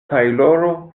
tajloro